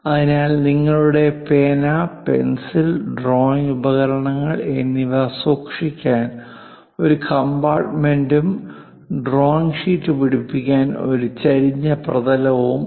അതിനാൽ നിങ്ങളുടെ പേന പെൻസിൽ ഡ്രോയിംഗ് ഉപകരണങ്ങൾ എന്നിവ സൂക്ഷിക്കാൻ ഒരു കമ്പാർട്ടുമെന്റും ഡ്രോയിംഗ് ഷീറ്റ് പിടിപ്പിക്കാൻ ഒരു ചരിഞ്ഞ പ്രതലവും ആണ്